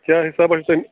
کیٛاہ حِسابا چھُ تۅہہِ